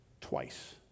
twice